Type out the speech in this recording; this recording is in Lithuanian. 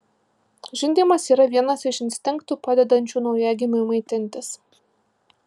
žindymas yra vienas iš instinktų padedančių naujagimiui maitintis